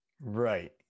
Right